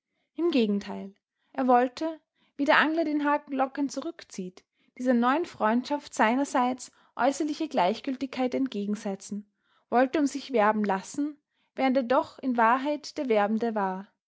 im gegenteil er wollte wie der angler den haken lockend zurückzieht dieser neuen freundschaft seinerseits äußerliche gleichgültigkeit entgegensetzen wollte um sich werben lassen während er doch in wahrheit der werbende war